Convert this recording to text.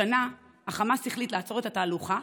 השנה החמאס החליט לעצור את התהלוכה,